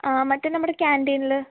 ആ മറ്റേ നമ്മുടെ കാൻറ്റീൻല്